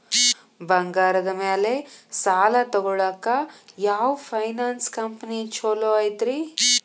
ಬಂಗಾರದ ಮ್ಯಾಲೆ ಸಾಲ ತಗೊಳಾಕ ಯಾವ್ ಫೈನಾನ್ಸ್ ಕಂಪನಿ ಛೊಲೊ ಐತ್ರಿ?